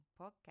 podcast